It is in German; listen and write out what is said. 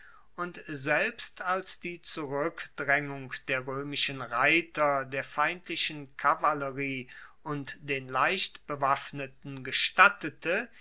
und selbst als die zurueckdraengung der roemischen reiter der feindlichen kavallerie und den leichtbewaffneten gestattete